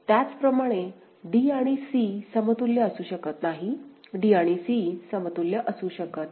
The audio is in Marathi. त्याचप्रमाणे d आणि c समतुल्य असू शकत नाहीत d आणि c समतुल्य असू शकत नाही